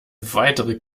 weitere